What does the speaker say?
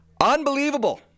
Unbelievable